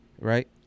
Right